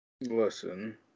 Listen